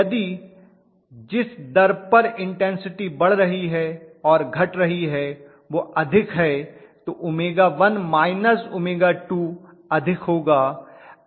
यदि जिस दर पर इन्टेन्सिटी बढ़ रही है और घट रही है वह अधिक है तो 𝜔1 −𝜔2 अधिक होगा